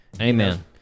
Amen